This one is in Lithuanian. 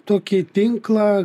tokį tinklą